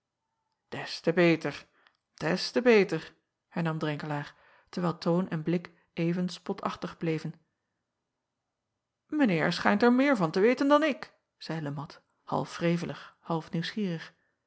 te beter des te beter hernam renkelaer terwijl toon en blik even spotachtig bleven ijn eer schijnt er meer van te weten dan ik zeî e at half wrevelig half nieuwsgierig